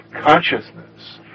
consciousness